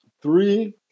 three